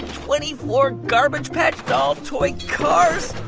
twenty-four garbage patch doll toy cars.